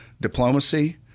Diplomacy